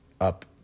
up